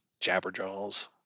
Jabberjaws